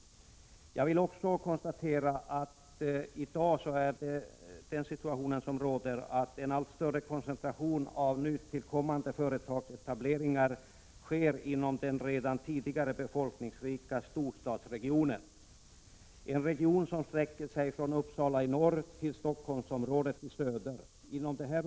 Jag vill också konstatera att i dag en allt större koncentration av nytillkommande företagsetableringar sker inom den redan tidigare befolk Prot. 1987/88:15 ningsrika storstadsregionen — en region som sträcker sig från Uppsala i norr — 27 oktober 1987 till Stockholmsområdet i söder.